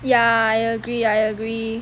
ya I agree I agree